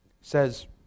says